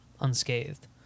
unscathed